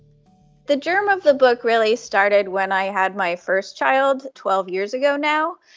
the germ of the book really started when i had my first child, twelve years ago now,